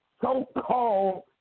so-called